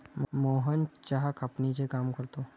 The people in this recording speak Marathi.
मोहन चहा कापणीचे काम करतो